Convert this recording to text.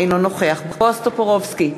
אינו נוכח בועז טופורובסקי,